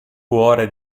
cuore